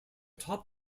top